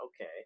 okay